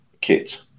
kids